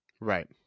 Right